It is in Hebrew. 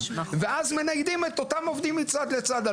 ואז מניידים את אותם עובדים מצד לצד.